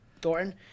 Thornton